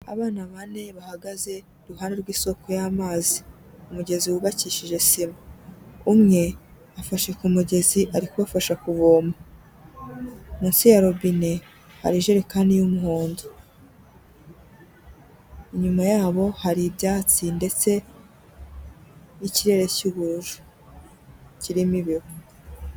Abana bane bahagaze iruhande rw'isoko y'amazi, umugezi wubakishije sima, umwe afashe ku mugezi ari kubafasha kuvoma, munsi ya robine hari ijerekani y'umuhondo, inyuma yabo hari ibyatsi ndetse n'ikirere cy'ubururu kirimo ibihu.